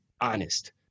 honest